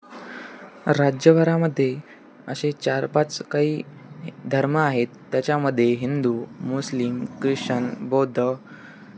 राज्यभरामध्ये असे चार पाच काही धर्म आहेत त्याच्यामध्ये हिंदू मुस्लिम ख्रिश्चन बौद्ध